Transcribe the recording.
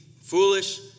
foolish